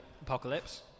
apocalypse